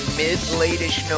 mid-late-ish